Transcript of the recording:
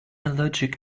allergic